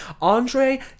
andre